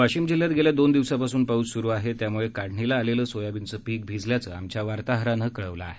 वाशिम जिल्ह्यात गेल्या दोन दिवसापासून पाऊस सुरु आहे त्यामुळे काढणीला आलेले सोयाबीनचे पिक भिजल्याचं आमच्या वार्ताहरानं कळवलं आहे